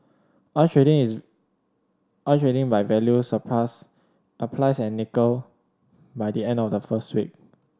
oil trading is oil trading by value surpassed applies and nickel by the end of the first week